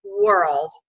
world